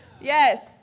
Yes